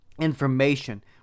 information